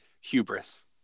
hubris